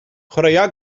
chwaraea